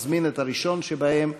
ומזמין את הראשון שבהם,